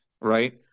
right